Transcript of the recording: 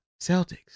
Celtics